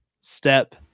step